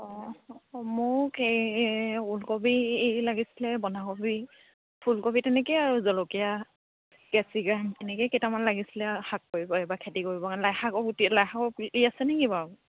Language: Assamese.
অঁ মোক এই ওলকবি লাগিছিলে বন্ধাকবি ফুলকবি তেনেকৈ আৰু জলকীয়া কেপচিকাম তেনেকৈ কেইটামান লাগিছিলে শাক কৰিব এইবাৰ খেতি কৰিবৰ কাৰণে লাইশাকৰ গুটি লাইশাকৰ গুটি আছে নেকি বাৰু